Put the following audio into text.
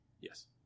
Yes